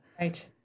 Right